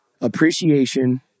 appreciation